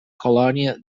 colònia